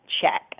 check